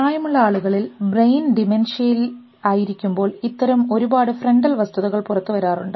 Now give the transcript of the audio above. പ്രായമുള്ള ആളുകളിൽ ബ്രെയിൻ ഡിമെൻഷ്യയിൽ ആയിരിക്കുമ്പോൾ ഇത്തരം ഒരു പാട് ഫ്രന്റൽ വസ്തുതകൾ പുറത്തുവരാറുണ്ട്